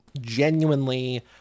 genuinely